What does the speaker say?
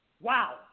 Wow